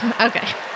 okay